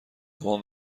بابام